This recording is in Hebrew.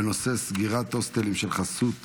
הנושא: סגירת הוסטלים של חסות הנוער.